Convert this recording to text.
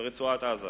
ברצועת-עזה